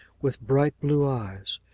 with bright blue eyes.